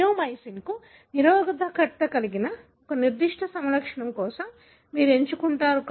నియోమైసిన్కు నిరోధకత కలిగిన ఒక నిర్దిష్ట సమలక్షణం కోసం మీరు ఎంచుకుంటారు